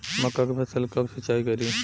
मका के फ़सल कब सिंचाई करी?